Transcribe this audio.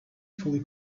fully